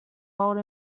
old